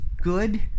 good